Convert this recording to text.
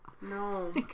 No